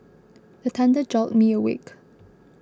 the thunder jolt me awake